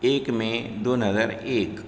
एक मे दोन हजार एक